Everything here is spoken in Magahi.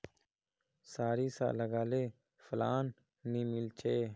सारिसा लगाले फलान नि मीलचे?